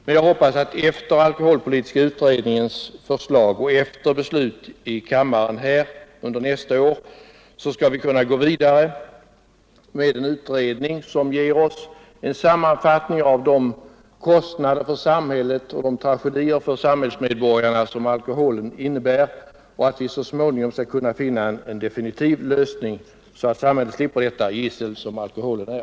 Men jag hoppas att vi efter alkoholpolitiska utredningens förslag och efter beslut här i kammaren nästa år skall kunna gå vidare med en utredning som ger oss en sammanfattning av de kostnader för samhället och de tragedier för samhällsmedborgarna som alkoholen för med sig samt att vi så småningom skall hitta en definitiv lösning så att samhället slipper det gissel som alkoholen är.